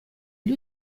gli